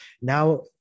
now